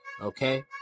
Okay